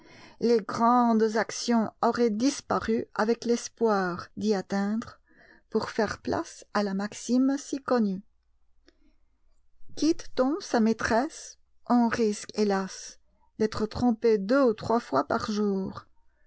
les grandes actions auraient disparu avec l'espoir d'y atteindre pour faire place à la maxime si connue quitte t on sa maîtresse on risque hélas d'être trompé deux ou trois fois par jour